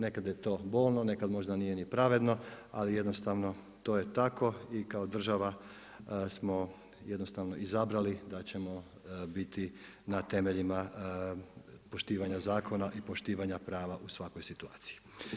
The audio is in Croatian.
Nekada je to bolno, nekada možda nije ni pravedno ali jednostavno to je tako i kao država smo jednostavno izabrali da ćemo biti na temeljima poštivanja zakona i poštivanja prava u svakoj situaciji.